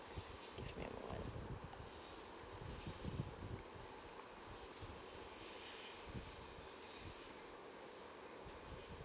give me a moment